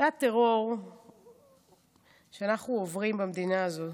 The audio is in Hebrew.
זה הטרור שאנחנו עוברים במדינה הזאת,